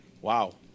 Wow